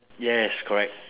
yes correct